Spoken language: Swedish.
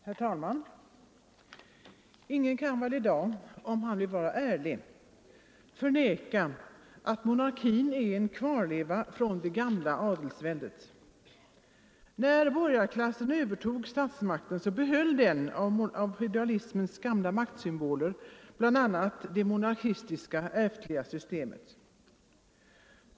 Herr talman! Ingen kan väl i dag — om han vill vara ärlig — förneka att monarkin är en kvarleva från det gamla adelsväldet. När borgarklassen övertog statsmakten behöll den av feodalismens gamla maktsymboler bl.a. det monarkistiska, ärftliga systemet.